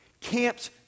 Camps